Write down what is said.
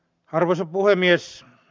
arvoisa puhemies